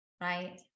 right